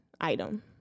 item